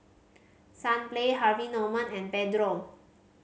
Sunplay Harvey Norman and Pedro